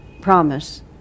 promise